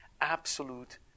absolute